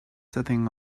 sitting